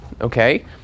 okay